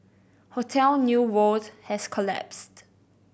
hotel New World has collapsed